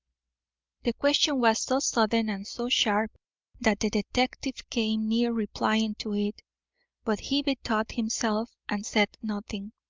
the question was so sudden and so sharp that the detective came near replying to it but he bethought himself, and said nothing.